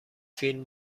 فیلم